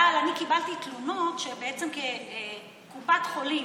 אבל אני קיבלתי תלונות שקופת חולים,